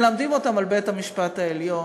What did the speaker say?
מלמדים אותם על בית-המשפט העליון,